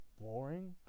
boring